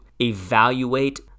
evaluate